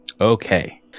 Okay